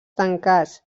tancats